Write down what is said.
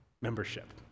membership